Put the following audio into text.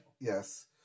Yes